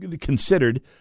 considered